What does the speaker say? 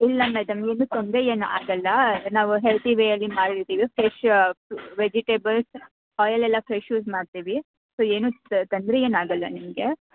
ಇಲ್ಲ ಮೇಡಮ್ ಏನು ತೊಂದರೆ ಏನೂ ಆಗಲ್ಲ ನಾವು ಹೆಲ್ದಿ ವೇ ಅಲ್ಲಿ ಮಾಡಿರ್ತೀವಿ ಫ್ರೆಶ್ ವೆಜಿಟೇಬಲ್ಸ್ ಆಯಿಲ್ ಎಲ್ಲ ಫ್ರೆಶ್ ಯೂಸ್ ಮಾಡ್ತೀವಿ ಸೋ ತೊಂದರೆ ಏನು ಆಗೊಲ್ಲ ನಿಮಗೆ